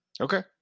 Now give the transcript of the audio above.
Okay